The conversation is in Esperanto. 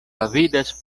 avidas